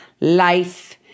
life